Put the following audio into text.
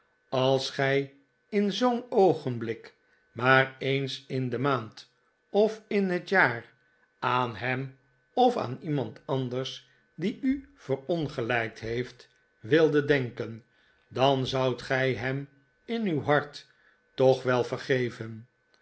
als gij in zoo'n oogenblik maar eens in de maand of in het jaar aan hem of aan iemand anders die u verongelijkt heeft wildet denken dan zoudt gij hem in uw hart toch wel verge